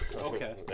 Okay